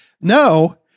No